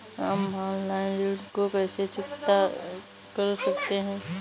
हम ऑनलाइन ऋण को कैसे चुकता कर सकते हैं?